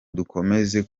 dukomeze